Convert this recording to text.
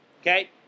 okay